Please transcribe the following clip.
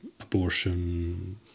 abortion